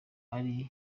ari